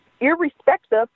irrespective